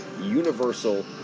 universal